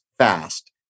fast